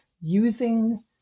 using